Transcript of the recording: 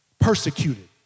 persecuted